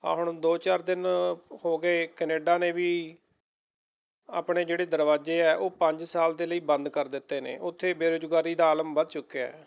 ਆਹ ਹੁਣ ਦੋ ਚਾਰ ਦਿਨ ਹੋ ਗਏ ਕਨੇਡਾ ਨੇ ਵੀ ਆਪਣੇ ਜਿਹੜੇ ਦਰਵਾਜ਼ੇ ਹੈ ਉਹ ਪੰਜ ਸਾਲ ਦੇ ਲਈ ਬੰਦ ਕਰ ਦਿੱਤੇ ਨੇ ਉੱਥੇ ਬੇਰੁਜ਼ਗਾਰੀ ਦਾ ਆਲਮ ਵੱਧ ਚੁੱਕਿਆ